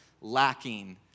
lacking